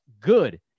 good